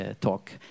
talk